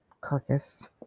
carcass